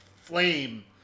flame